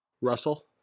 Russell